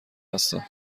هستم